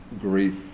grief